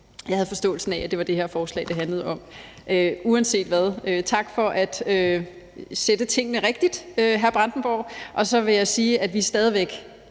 Jeg havde forståelsen af, at det var det her forslag, det handlede om. Uanset hvad vil jeg sige tak for at sætte tingene rigtigt, hr. Bjørn Brandenborg. Og så vil jeg sige, at vi stadig væk